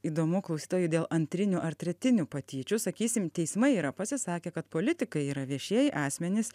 įdomu klausytojui dėl antrinių ar tretinių patyčių sakysim teismai yra pasisakę kad politikai yra viešieji asmenys